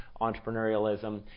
entrepreneurialism